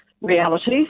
Reality